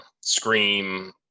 Scream